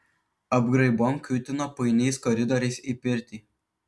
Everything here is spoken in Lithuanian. apgraibom kiūtino painiais koridoriais į pirtį